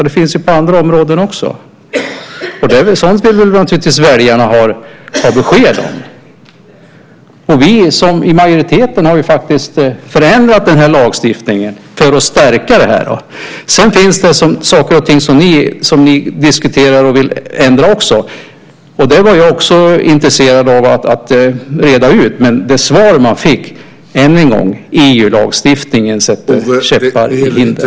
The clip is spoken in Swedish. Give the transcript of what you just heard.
Det finns på andra områden. Sådant vill naturligtvis väljarna ha besked om. Vi i majoriteten har faktiskt förändrat lagstiftningen för att stärka det här. Det finns saker och ting som ni diskuterar och vill ändra också. Det var jag intresserad av att reda ut, men det svar man fick än en gång var att EU-lagstiftningen utgör hinder.